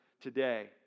today